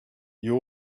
you